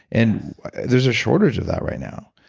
and there's a shortage of that right now.